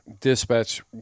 Dispatch